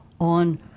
on